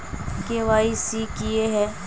KYC की हिये है?